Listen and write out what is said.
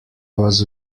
was